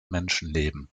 menschenleben